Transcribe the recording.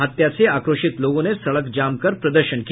हत्या से आक्रोशित लोगों ने सड़क जाम कर प्रदर्शन किया